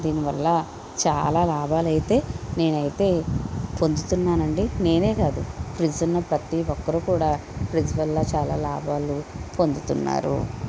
దీనివల్ల చాలా లాభాలైతే నేనైతే పొందుతున్నానండి నేనే కాదు ఫ్రిడ్జ్ ఉన్న ప్రతి ఒక్కరూ కూడా ఫ్రిజ్ వల్ల చాలా లాభాలు పొందుతున్నారు